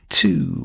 two